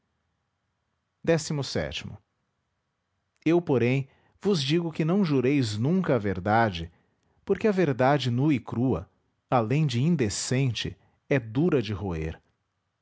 a ele u porém vos digo que não jureis nunca a verdade porque a verdade nua e crua além de indecente é dura de roer